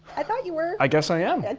i thought you were. i guess i am. yeah